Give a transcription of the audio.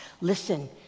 Listen